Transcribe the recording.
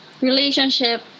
relationship